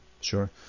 Sure